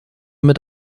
mit